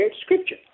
scripture